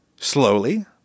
slowly